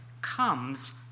comes